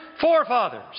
forefathers